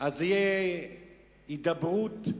תהיה הידברות,